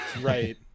Right